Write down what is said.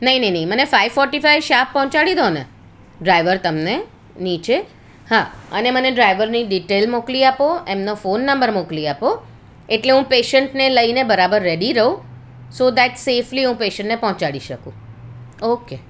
નહીં નહીં નહીં મને ફાઇવ ફોટી ફાઇવ શાપ પહોંચાડી દો ને ડ્રાઈવર તમને નીચે હા અને મને ડ્રાઈવરની ડિટેલ મોકલી આપો એમનો ફોન નંબર મોકલી આપો એટલે હું પેશન્ટને લઈને બરાબર રેડી રહું સો ધેટ સેફલી હું પેષન્ટને પહોંચાડી શકું ઓકે